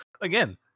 again